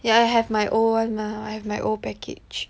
yah I have my own mah I have my old package